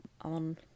on